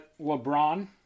LeBron